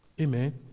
Amen